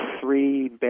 three